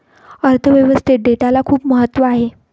अर्थ व्यवस्थेत डेटाला खूप महत्त्व आहे